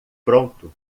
pronto